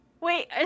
Wait